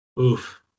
Oof